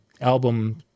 album